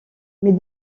mais